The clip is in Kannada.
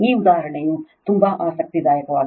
ಈ ಉದಾಹರಣೆಯು ತುಂಬಾ ಆಸಕ್ತಿದಾಯಕವಾಗಿದೆ